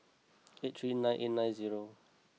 eight three nine eight nine zero